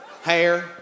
hair